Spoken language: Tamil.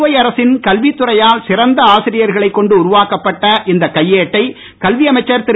புதுவை அரசின் கல்வித்துறையால் சிறந்த ஆசிரியர்களைக் கொண்டு உருவாக்கப்பட்ட இந்த கையேட்டை கல்வி அமைச்சர் திரு